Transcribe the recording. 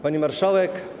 Pani Marszałek!